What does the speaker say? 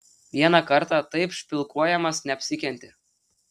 vieną kartą taip špilkuojamas neapsikentė